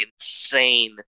insane